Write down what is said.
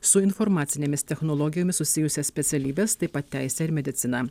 su informacinėmis technologijomis susijusias specialybes taip pat teisę ir mediciną